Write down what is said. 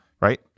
Right